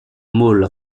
maule